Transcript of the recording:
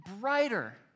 brighter